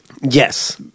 yes